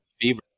Fever